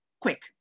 quick